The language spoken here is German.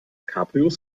cabrios